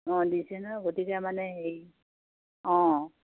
অঁ দিছে ন গতিকে মানে হেৰি অঁ